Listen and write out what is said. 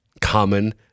common